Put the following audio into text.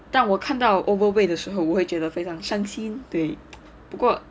但我看到 overweight 的时候我会觉得非常伤心对不过